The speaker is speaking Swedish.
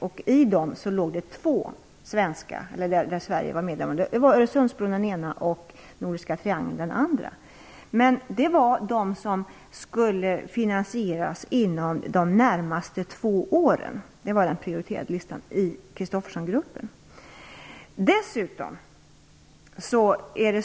Däri fanns två projekt som berörde Sverige: Öresundsbron och den nordiska triangeln projekt som skulle finansieras inom de närmaste två åren, enligt den prioriterade listan i Christophersengruppen.